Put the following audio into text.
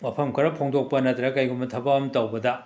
ꯋꯥꯐꯝ ꯈꯔ ꯐꯣꯡꯗꯣꯛꯄ ꯅꯠꯇ꯭ꯔꯒ ꯀꯩꯒꯨꯝꯕ ꯊꯕꯛ ꯑꯃ ꯇꯧꯕꯗ